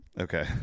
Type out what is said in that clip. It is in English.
Okay